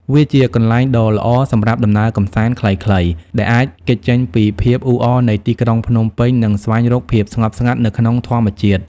វាជាកន្លែងដ៏ល្អសម្រាប់ដំណើរកម្សាន្តខ្លីៗ ដែលអាចគេចចេញពីភាពអ៊ូអរនៃទីក្រុងភ្នំពេញ និងស្វែងរកភាពស្ងប់ស្ងាត់នៅក្នុងធម្មជាតិ។